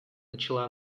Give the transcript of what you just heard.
начала